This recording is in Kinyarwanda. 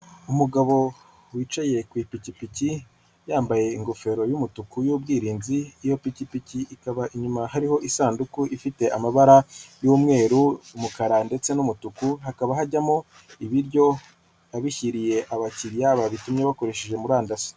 Umugabo wicaye ku ipikipiki yambaye ingofero y'umutuku y'ubwirinzi, iyo pikipikiba ikaba inyuma hariho isanduku ifite amabara y'umweru, umukara, ndetse n'umutuku hakaba hajyamo ibiryo abishyiriye abakiriya babitumye bakoresheje murandasi.